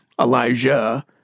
Elijah